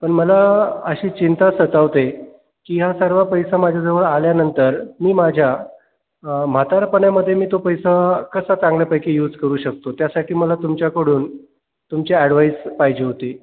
पण मला अशी चिंता सतावते की ह्या सर्व पैसा माझ्याजवळ आल्यानंतर मी माझ्या म्हातारपणामध्ये मी तो पैसा कसा चांगल्यापैकी यूज करू शकतो त्यासाठी मला तुमच्याकडून तुमची ॲडव्हाईस पाहिजे होती